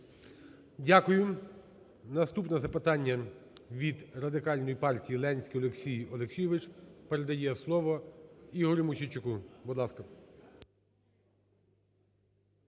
Дякую. Наступне запитання від Радикальної партії, Ленський Олексій Олексійович передає слово Ігорю Мосійчуку,